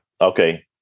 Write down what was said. okay